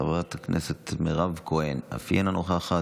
חברת הכנסת מירב כהן, אינה נוכחת,